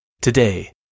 Today